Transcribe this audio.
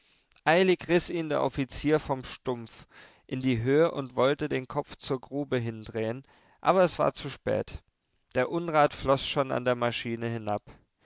eilig riß ihn der offizier vom stumpf in die höhe und wollte den kopf zur grube hin drehen aber es war zu spät der unrat floß schon an der maschine hinab